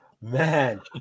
Man